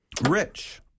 Rich